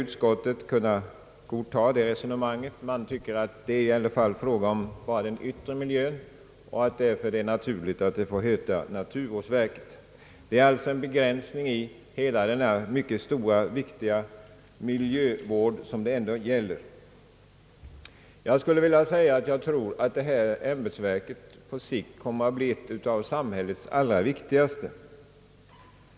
Utskottet har inte kunnat godta detta förslag. Det anser att det ändå bara är fråga om den yttre miljön och att den naturliga benämningen därför bör vara naturvårdsverket. Det är alltså fråga om en begränsad del av hela den mycket stora och viktiga miljövården. Jag tror att detta ämbetsverk på sikt kommer att bli ett av de allra vikti. gaste.